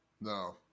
no